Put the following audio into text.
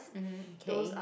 mm K